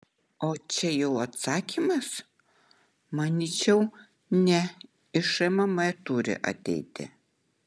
o čia jau atsakymas manyčiau ne iš šmm turi ateiti